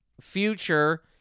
future